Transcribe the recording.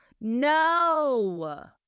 No